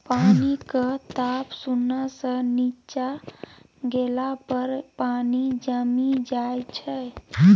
पानिक ताप शुन्ना सँ नीच्चाँ गेला पर पानि जमि जाइ छै